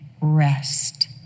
rest